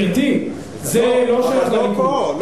גברתי, זה לא שייך לליכוד, אבל לא פה.